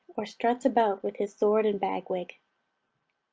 or struts about with his sword and bag-wig.